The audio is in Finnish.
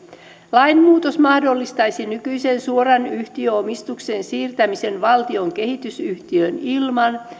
lainmuutos mahdollistaisi nykyisen suoran yhtiöomistuksen siirtämisen valtion kehitysyhtiöön ilman